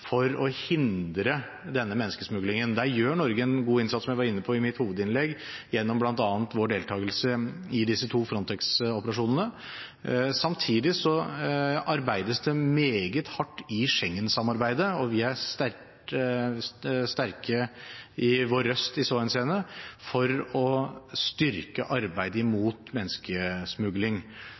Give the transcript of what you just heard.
for å hindre denne menneskesmuglingen. Der gjør Norge en god innsats, som jeg var inne på i mitt hovedinnlegg, bl.a. gjennom vår deltakelse i disse to Frontex-operasjonene. Samtidig arbeides det meget hardt i Schengen-samarbeidet – og vi er sterke i vår røst i så henseende – for å styrke arbeidet mot menneskesmugling.